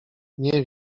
nie